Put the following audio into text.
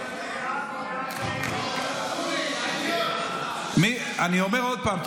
אני אומר עוד פעם.